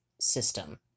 system